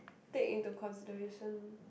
take into consideration